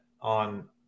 on